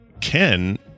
Ken